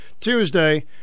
Tuesday